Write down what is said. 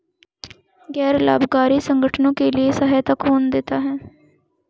गैर लाभकारी संगठनों के लिए सहायता कौन देता है?